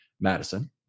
Madison